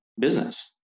business